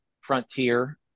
Frontier